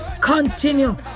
Continue